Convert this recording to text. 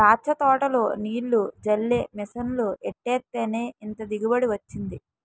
దాచ్చ తోటలో నీల్లు జల్లే మిసన్లు ఎట్టేత్తేనే ఇంత దిగుబడి వొచ్చింది